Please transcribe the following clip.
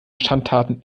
schandtaten